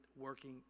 working